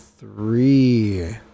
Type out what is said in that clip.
Three